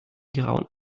grauen